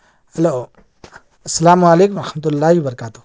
hello السّلام علیکم و رحمتہ اللہ و برکاتہ